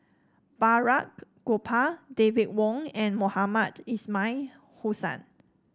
Balraj Gopal David Wong and Mohamed Ismail Hussain